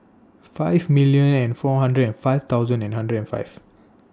five million and four hundred and five thousand and hundred and five